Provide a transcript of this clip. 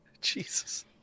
Jesus